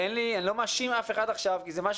אני לא מאשים אף אחד עכשיו כי זה כנראה משהו